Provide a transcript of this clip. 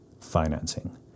financing